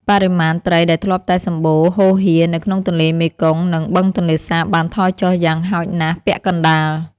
បរិមាណត្រីដែលធ្លាប់តែសម្បូរហូរហៀរនៅក្នុងទន្លេមេគង្គ និង បឹងទន្លេសាបបានថយចុះយ៉ាងហោចណាស់ពាក់កណ្តាល។